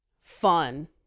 fun